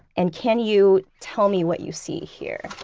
and can you tell me what you see here?